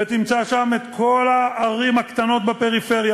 ותמצא שם את כל הערים הקטנות בפריפריה,